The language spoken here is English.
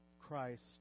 Christ